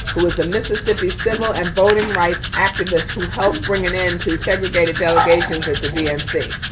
who was the mississippi civil and voting rights activist who helped bring an end to segregated delegations at the dnc.